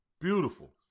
Beautiful